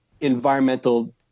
environmental